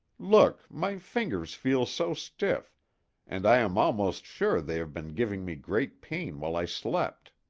look my fingers feel so stiff and i am almost sure they have been giving me great pain while i slept.